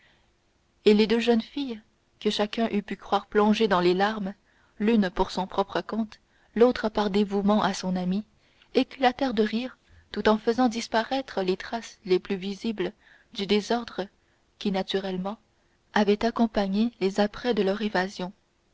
et les deux jeunes filles que chacun eût pu croire plongées dans les larmes l'une pour son propre compte l'autre par dévouement à son amie éclatèrent de rire tout en faisant disparaître les traces les plus visibles du désordre qui naturellement avait accompagné les apprêts de leur évasion